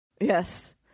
Yes